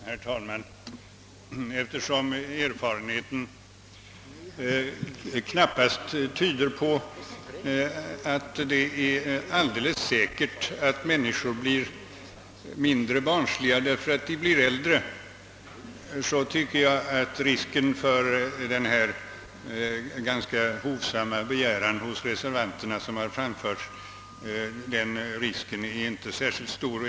Herr talman! Eftersom erfarenheten knappast tyder på att människor blir mindre barnsliga därför att de blir äldre, tycker jag att risken vid ett bi fall till reservanternas ganska hovsamma begäran inte är särskilt stor.